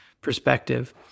perspective